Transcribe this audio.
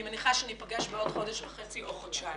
אני מניחה שניפגש בעוד חודש וחצי או חודשיים.